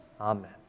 amen